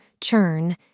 churn